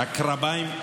הקרביים,